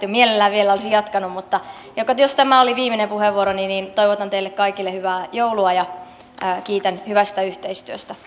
mielelläni vielä olisin jatkanut mutta jos tämä oli viimeinen puheenvuoroni niin toivon teille kaikille hyvää joulua ja kiitän hyvästä yhteistyöstä